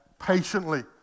patiently